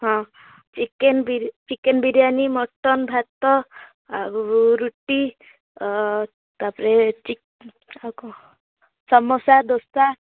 ହଁ ଚିକେନ ବିରି chicken biryani mutton ଭାତ ଆଉ ରୁଟି ତା'ପରେ ଆଉ କଣ ସମୋସା ଦୋଷା